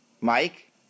Mike